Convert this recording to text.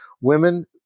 Women